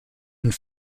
and